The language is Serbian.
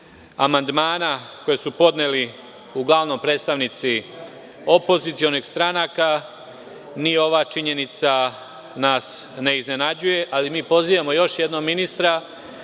amandmana koje su podneli uglavnom predstavnici opozicionih stranaka, ni ova činjenica nas ne iznenađuje. Ali, mi pozivamo još jednom ministra